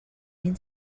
mil